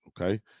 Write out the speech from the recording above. okay